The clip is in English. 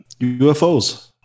UFOs